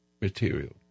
material